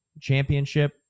championship